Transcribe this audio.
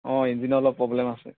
অঁ ইঞ্জিনৰ অলপ প্ৰব্লেম আছে